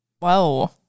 wow